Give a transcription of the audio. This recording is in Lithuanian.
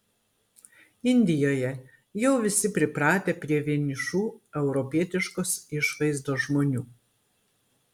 indijoje jau visi pripratę prie vienišų europietiškos išvaizdos žmonių